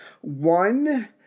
One